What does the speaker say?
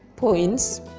points